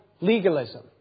legalism